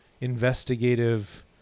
investigative